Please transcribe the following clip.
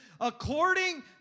according